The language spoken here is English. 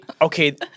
Okay